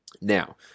Now